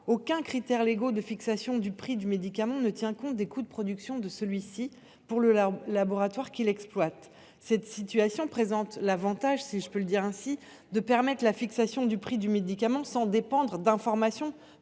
Aucun critère légal de fixation du prix du médicament ne tient compte des coûts de production de celui ci pour le laboratoire qui l’exploite. Cette situation présente l’avantage, si je puis m’exprimer ainsi, de permettre la fixation du prix du médicament sans dépendre d’informations fournies